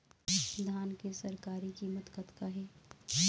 धान के सरकारी कीमत कतका हे?